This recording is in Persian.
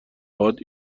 هات